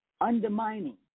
undermining